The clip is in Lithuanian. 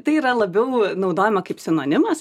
tai yra labiau naudojama kaip sinonimas